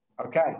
Okay